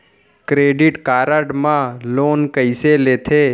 Credit card मा loan कइसे लेथे?